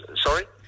sorry